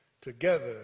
together